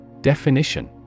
Definition